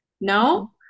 No